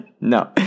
No